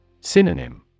Synonym